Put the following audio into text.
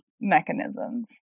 mechanisms